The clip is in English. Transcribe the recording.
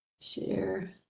share